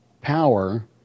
power